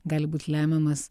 gali būt lemiamas